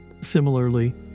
Similarly